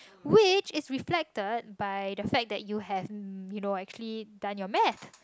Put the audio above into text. which is reflected by the fact that you have you know actually done your map